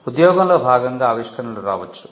ఉద్యోగంలో భాగంగా ఆవిష్కరణలు రావచ్చు